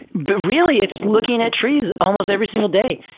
but really, it's looking at trees almost every single day.